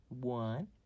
one